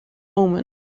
omen